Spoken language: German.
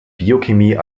biochemie